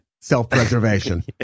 self-preservation